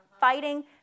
fighting